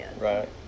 right